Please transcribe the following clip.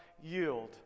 yield